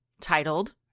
titled